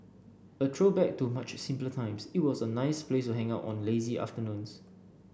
a throwback to much simpler times it was a nice place to hang out on lazy afternoons